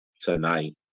tonight